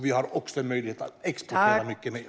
Vi har också möjlighet att exportera mycket mer.